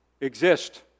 exist